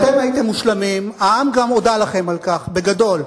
אתם הייתם מושלמים, העם הודה לכם על כך בגדול.